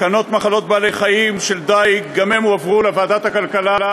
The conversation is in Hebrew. תקנות מחלות בעלי-חיים (דיג) גם הן הועברו לוועדת הכלכלה.